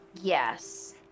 Yes